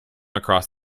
across